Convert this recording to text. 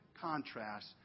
contrast